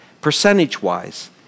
percentage-wise